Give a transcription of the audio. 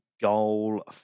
goal